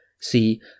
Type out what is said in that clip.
See